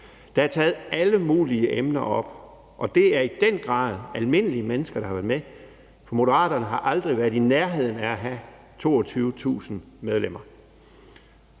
Der er taget alle mulige emner op, og det er i den grad almindelige mennesker, der har været med, for Moderaterne har aldrig været i nærheden af at have 22.000 medlemmer.